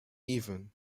even